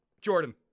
Jordan